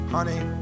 Honey